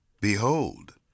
Behold